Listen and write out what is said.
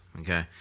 Okay